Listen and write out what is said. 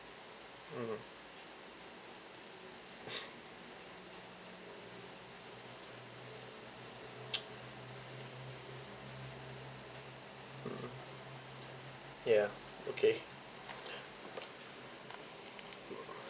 mmhmm mm ya okay